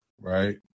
right